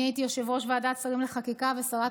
אני הייתי יושבת-ראש ועדת שרים לחקיקה ושרת